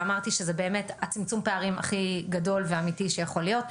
ואמרתי שזה באמת צמצום הפערים הכי גדול ואמיתי שיכול להיות.